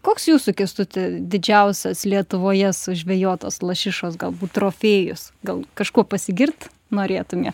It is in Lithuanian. koks jūsų kęstuti didžiausias lietuvoje sužvejotos lašišos galbūt trofėjus gal kažkuo pasigirt norėtumė